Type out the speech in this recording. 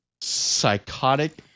psychotic